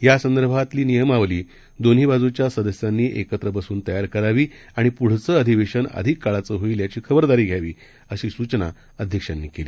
यासंदर्भात नियमावली दोन्हीबाजूच्यासदस्यांनीएकत्रबसूनतयारकरावीआणिपुढचंअधिवेशनअधिककाळाचंहोईलयाचीखबरदारीघ्यावी अशीसूचनाअध्यक्षांनीकेली